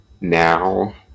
now